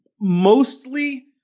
mostly